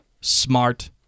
smart